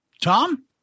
tom